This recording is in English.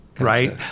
right